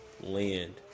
land